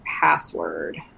password